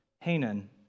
Hanan